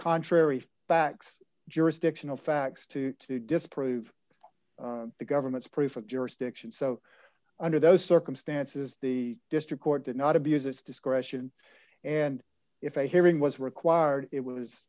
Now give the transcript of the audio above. contrary backs jurisdictional facts to to disprove the government's proof of jurisdiction so under those circumstances the district court did not abuse its discretion and if a hearing was required it was